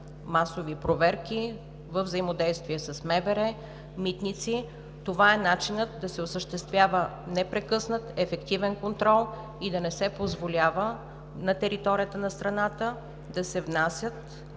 масови проверки във взаимодействие с МВР, „Митници“. Това е начинът да се осъществява непрекъснат ефективен контрол и да не се позволява на територията на страната да се внасят